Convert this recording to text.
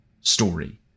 story